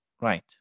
Right